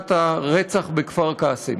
לפרשת הרצח בכפר-קאסם.